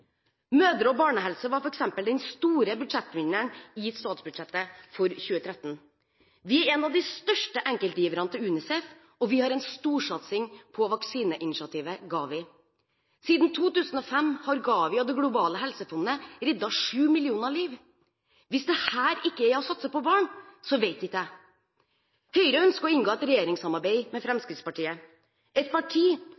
Mødre- og barnehelse var f.eks. den store budsjettvinneren i statsbudsjettet for 2013. Vi er en av de største enkeltgiverne til UNICEF, og vi har en storsatsing på vaksineinitiativet GAVI. Siden 2005 har GAVI og det globale helsefondet reddet sju millioner liv. Hvis dette ikke er å satse på barn, så vet ikke jeg. Høyre ønsker å inngå et regjeringssamarbeid med